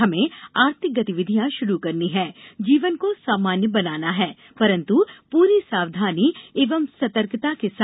हमें आर्थिक गतिविधियां शुरू करनी हैं जीवन को सामान्य बनाना है परन्तु पूरी सावधानी एवं सतर्कता के साथ